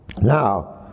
Now